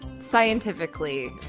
scientifically